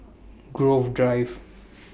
Grove Drive